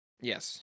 Yes